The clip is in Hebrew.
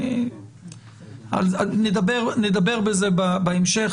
נדבר על כך בהמשך.